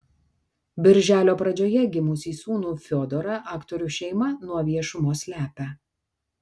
birželio pradžioje gimusį sūnų fiodorą aktorių šeima nuo viešumo slepia